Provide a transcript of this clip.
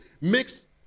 makes